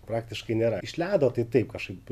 praktiškai nėra iš ledo tai taip kažkaip